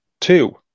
Two